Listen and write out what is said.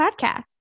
podcast